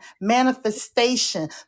manifestation